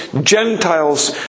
Gentiles